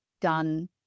done